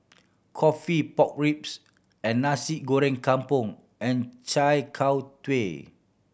coffee pork ribs and Nasi Goreng Kampung and chai